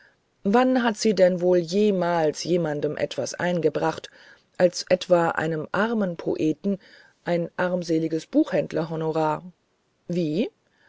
wann hat sie denn wohl jemals jemanden etwas eingebracht als etwa einem armen poeten ein armseliges buchhändlerhonorar wie